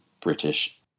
British